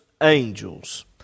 angels